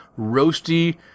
roasty